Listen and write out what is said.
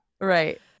right